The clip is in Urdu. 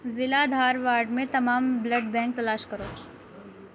ضلع دھارواڑ میں تمام بلڈ بینک تلاش کرو